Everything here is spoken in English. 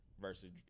versus